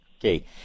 Okay